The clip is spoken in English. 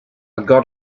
got